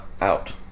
out